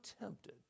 tempted